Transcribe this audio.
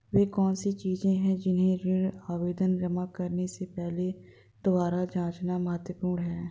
वे कौन सी चीजें हैं जिन्हें ऋण आवेदन जमा करने से पहले दोबारा जांचना महत्वपूर्ण है?